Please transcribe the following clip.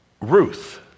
Ruth